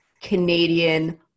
Canadian